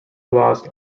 lost